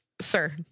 sir